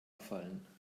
fallen